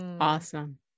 awesome